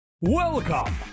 Welcome